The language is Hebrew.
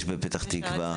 יש בפתח תקווה.